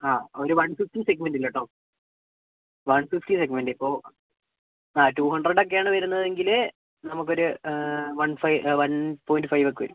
ആ ഒരു one fifty segment ഇല്ല കേട്ടോ വൺ ഫിഫ്റ്റി സെഗ്മെൻറ് ഇപ്പോൾ ആ ടു ഹൺഡ്രഡ് ഒക്കെയാണ് വരുന്നതെങ്കിൽ നമുക്കൊരു one five one point five ഒക്കെ വരും